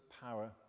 power